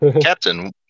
Captain